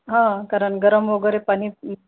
हा कारण गरम वगैरे पाणी